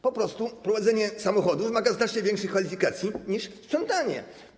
Po prostu prowadzenie samochodu wymaga znacznie większych kwalifikacji niż sprzątanie.